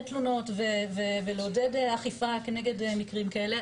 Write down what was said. תלונות ולעודד אכיפה כנגד מקרים כאלה,